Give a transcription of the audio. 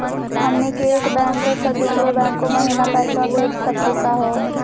हमनी के एक बैंको स दुसरो बैंको महिना पैसवा भेज सकली का हो?